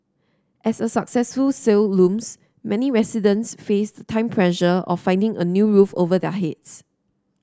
as a successful sale looms many residents face the time pressure of finding a new roof over their heads